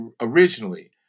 originally